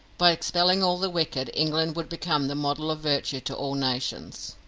by expelling all the wicked, england would become the model of virtue to all nations.